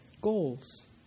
goals